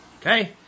Okay